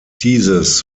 dieses